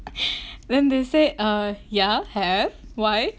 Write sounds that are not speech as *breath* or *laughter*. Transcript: *breath* then they say uh yeah have why